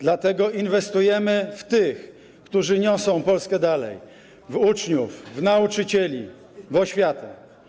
Dlatego inwestujemy w tych, którzy niosą Polskę dalej: w uczniów, w nauczycieli, w oświatę.